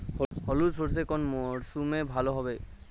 হলুদ সর্ষে কোন মরশুমে ভালো হবে?